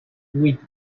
vuit